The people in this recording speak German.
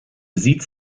sieht